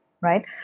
right